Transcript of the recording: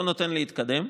לא נותן להתקדם,